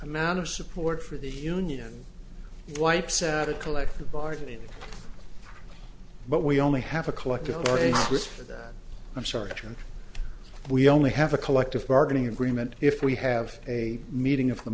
amount of support for the union wipes out a collective bargaining but we only have a collective or a whisper that i'm sergeant we only have a collective bargaining agreement if we have a meeting of the